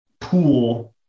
pool